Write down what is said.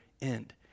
end